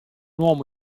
uomo